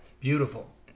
Beautiful